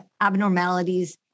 abnormalities